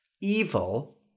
Evil